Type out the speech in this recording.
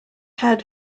had